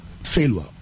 failure